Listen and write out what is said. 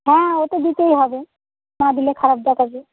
হ্যাঁ ওটা দিতেই হবে না দিলে খারাপ দেখাবে